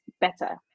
better